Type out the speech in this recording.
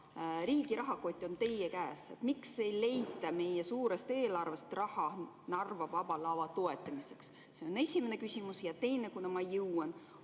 riigi rahakott on teie käes. Miks ei leita meie suurest eelarvest raha Narva Vaba Lava toetamiseks? See on esimene küsimus. Ja teine: huvihariduse